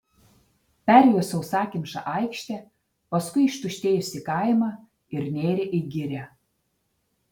perėjo sausakimšą aikštę paskui ištuštėjusį kaimą ir nėrė į girią